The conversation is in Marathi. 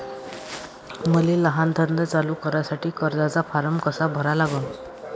मले लहान धंदा चालू करासाठी कर्जाचा फारम कसा भरा लागन?